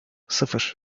sıfır